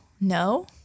No